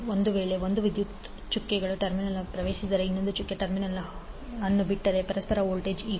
ಒಂದು ವೇಳೆ ಒಂದು ವಿದ್ಯುತ್ವು ಚುಕ್ಕೆಗಳ ಟರ್ಮಿನಲ್ಗೆ ಪ್ರವೇಶಿಸಿದರೆ ಇನ್ನೊಂದು ಚುಕ್ಕೆ ಟರ್ಮಿನಲ್ ಅನ್ನು ಬಿಟ್ಟರೆ ಪರಸ್ಪರ ವೋಲ್ಟೇಜ್ ಈಗ